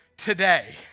today